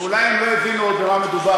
אולי הם עוד לא הבינו במה מדובר.